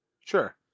Sure